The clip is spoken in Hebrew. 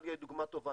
איטליה היא דוגמה טובה.